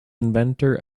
inventor